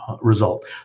result